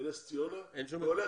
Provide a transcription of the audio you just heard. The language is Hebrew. בנס ציונה והולך